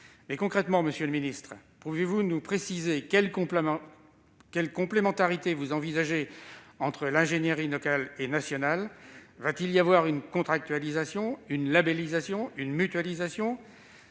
concrètement, monsieur le secrétaire d'État, pouvez-vous nous préciser quelle complémentarité vous envisagez entre l'ingénierie locale et l'ingénierie nationale ? Va-t-il y avoir une contractualisation, une labellisation, une mutualisation ?